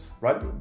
right